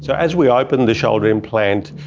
so as we opened the shoulder implant,